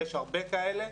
ויש הרבה כאלה.